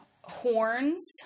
horns